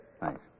Thanks